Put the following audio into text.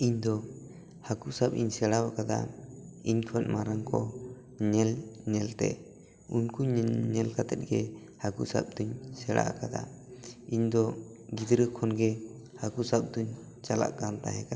ᱤᱧ ᱫᱚ ᱦᱟᱹᱠᱩ ᱥᱟᱵᱽ ᱤᱧ ᱥᱮᱬᱟ ᱟᱠᱟᱫᱟ ᱤᱧ ᱠᱷᱚᱱ ᱢᱟᱨᱟᱝ ᱠᱚ ᱧᱮᱞ ᱧᱮᱞ ᱛᱮ ᱩᱱᱠᱩ ᱧᱮᱞ ᱧᱮᱞ ᱠᱟᱛᱮᱫ ᱜᱮ ᱦᱟᱹᱠᱩ ᱥᱟᱵᱽ ᱫᱩᱧ ᱥᱮᱬᱟ ᱟᱠᱟᱫᱟ ᱤᱧ ᱫᱚ ᱜᱤᱫᱽᱨᱟᱹ ᱠᱷᱚᱱ ᱜᱮ ᱦᱟᱹᱠᱩ ᱥᱟᱵᱽ ᱫᱩᱧ ᱪᱟᱞᱟᱜ ᱠᱟᱱ ᱛᱮᱦᱮᱸ ᱠᱟᱱᱟ